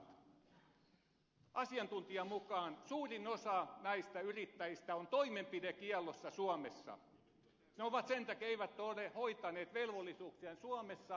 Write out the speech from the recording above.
ja asiantuntijan mukaan suurin osa näiden suomessa toimivien virolaisten firmojen yrittäjistä on toimenpidekiellossa suomessa sen takia että ne eivät ole hoitaneet velvollisuuksiaan suomessa